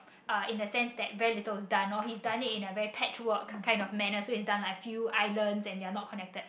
uh in the sense that very little was done or his done it in a very patchwork kind of manner so he done like few islands and they're not connected